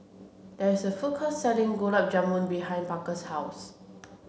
there is a food court selling Gulab Jamun behind Parker's house